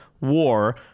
war